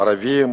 ערבים